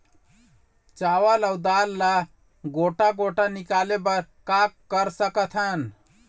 चावल अऊ दाल ला गोटा गोटा निकाले बर का कर सकथन?